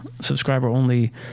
subscriber-only